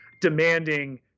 demanding